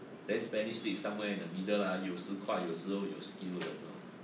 then spanish league somewhere in the middle lah 有时快有时候有 skill 的那种